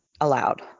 allowed